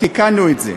תיקנו את זה,